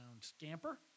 scamper